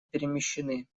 перемещены